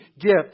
gift